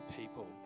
people